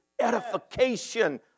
edification